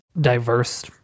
diverse